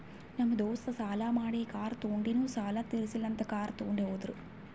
ನಮ್ ದೋಸ್ತ ಸಾಲಾ ಮಾಡಿ ಕಾರ್ ತೊಂಡಿನು ಸಾಲಾ ತಿರ್ಸಿಲ್ಲ ಅಂತ್ ಕಾರ್ ತೊಂಡಿ ಹೋದುರ್